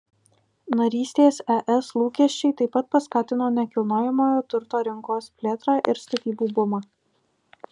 narystės es lūkesčiai taip pat paskatino nekilnojamojo turto rinkos plėtrą ir statybų bumą